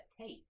tape